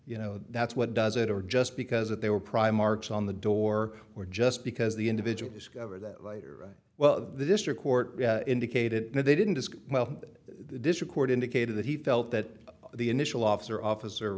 you know that's what does it or just because they were prime arcs on the door or just because the individual discover that later well the district court indicated they didn't as well this record indicated that he felt that the initial officer officer